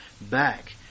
back